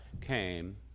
came